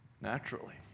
Naturally